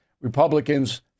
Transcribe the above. Republicans